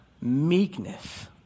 meekness